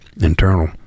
internal